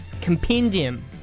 compendium